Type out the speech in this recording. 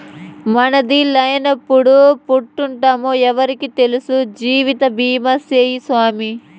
మనదినాలెప్పుడెప్పుంటామో ఎవ్వురికి తెల్సు, జీవితబీమా సేయ్యి సామీ